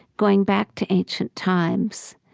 going back to ancient times,